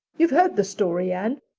you've heard the story, anne?